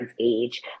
age